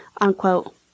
unquote